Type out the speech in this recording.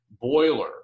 boiler